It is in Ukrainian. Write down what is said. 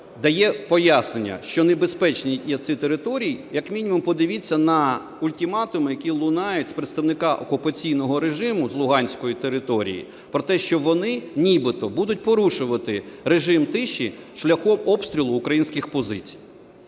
дає пояснення що небезпечними є ці території, як мінімум подивіться на ультиматуми, які лунають від представника окупаційного режиму з Луганської території, про те, що вони, нібито, будуть порушувати режим тиші шляхом обстрілу українських позицій.